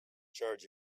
charge